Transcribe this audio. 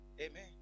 Amen